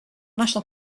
national